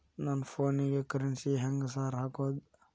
ನನ್ ಫೋನಿಗೆ ಕರೆನ್ಸಿ ಹೆಂಗ್ ಸಾರ್ ಹಾಕೋದ್?